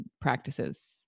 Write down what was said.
practices